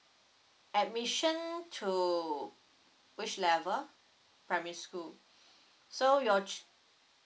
admission to which level primary school so your chil~